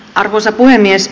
arvoisa puhemies